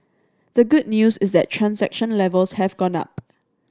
the good news is that transaction levels have gone up